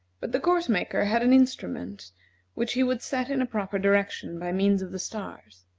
but the course-marker had an instrument which he would set in a proper direction by means of the stars,